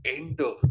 enter